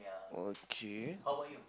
okay